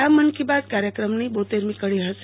આ મન કી બાત કાર્યક્રમની બોત્તેરમી કડી હશે